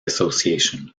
association